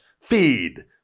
feed